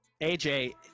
AJ